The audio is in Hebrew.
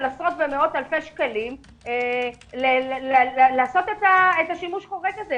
עשרות ומאות אלפי שקלים לעשות את השימוש חורג הזה,